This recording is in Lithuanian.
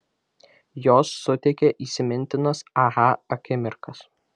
jos suteikia įsimintinas aha akimirkas